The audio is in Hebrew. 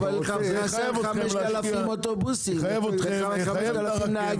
אבל זה מחייב אותך להפעיל יותר אוטובוסים וידוע שיש מחסור בנהגים.